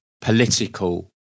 political